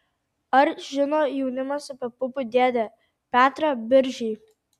ar žino jaunimas apie pupų dėdę petrą biržį